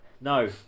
No